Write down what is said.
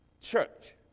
church